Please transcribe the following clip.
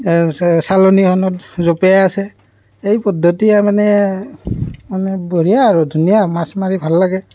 চালনীখনত জঁপিয়াই আছে এই পদ্ধতিয়ে মানে মানে বঢ়িয়া আৰু ধুনীয়া মাছ মাৰি ভাল লাগে